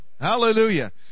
Hallelujah